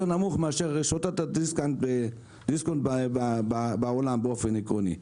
נמוך מאשר רשתות הדיסקאונט בעולם באופן עקרוני.